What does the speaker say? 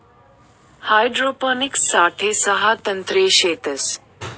hydroponics साठे सहा तंत्रे शेतस